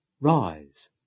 Rise